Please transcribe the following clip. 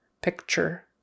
Picture